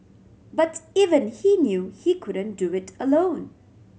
but even he knew he couldn't do it alone